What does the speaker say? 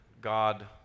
God